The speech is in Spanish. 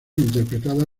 interpretada